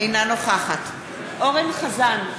אינה נוכחת אורן אסף חזן,